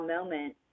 moment